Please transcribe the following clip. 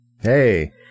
Hey